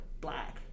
black